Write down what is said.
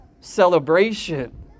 celebration